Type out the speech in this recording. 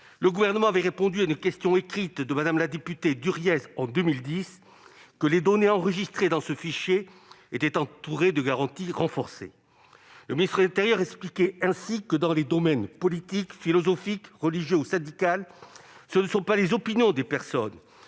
le Gouvernement avait répondu à une question écrite de Mme la députée Duriez en 2010 que les données enregistrées dans ce fichier étaient entourées de « garanties renforcées ». Le ministre de l'intérieur expliquait ainsi que « dans les domaines politique, philosophique, religieux ou syndical, ce sont non pas les opinions des personnes,